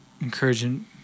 encouraging